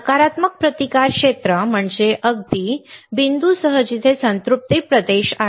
नकारात्मक प्रतिकार क्षेत्र म्हणजे अगदी बिंदूसह जेथे संतृप्ति प्रदेश आहे